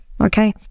okay